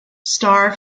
star